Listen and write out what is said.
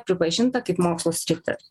pripažinta kaip mokslo sritis